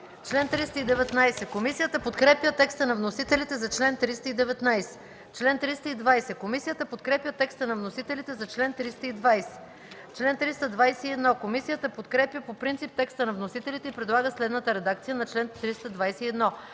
чл. 290. Комисията подкрепя текста на вносителите за чл. 291. Комисията подкрепя текста на вносителите за чл. 292. Комисията подкрепя по принцип текста на вносителите и предлага следната редакция на чл.